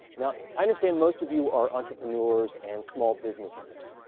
now, i understand most of you are entrepreneurs and small business owners.